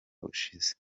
ushize